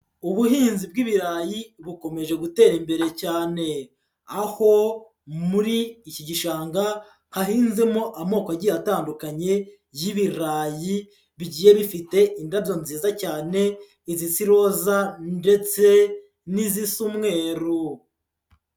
Ubuhinzi bw'ibirayi bukomeje gutera imbere cyane, aho muri iki gishanga hahinzemo amoko agiye atandukanye y'ibirayi, bigiye bifite indabyo nziza cyane, izisa iroza ndetse n'izisa umweru.